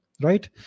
Right